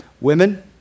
Women